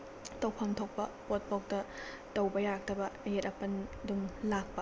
ꯇꯧꯐꯝ ꯊꯣꯛꯄ ꯄꯣꯠ ꯐꯥꯎꯗ ꯇꯧꯕ ꯌꯥꯔꯛꯇꯕ ꯑꯌꯦꯠ ꯑꯄꯟ ꯑꯗꯨꯝ ꯂꯥꯛꯄ